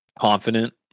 confident